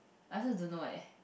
I also don't know leh